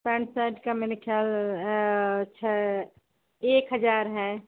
pant shirt का मेरे ख्याल छह एक हज़ार है